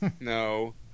no